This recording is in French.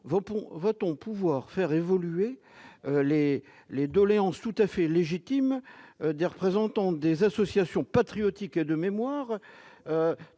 sera-t-il enfin fait droit aux doléances tout à fait légitimes des représentants des associations patriotiques et de mémoire ?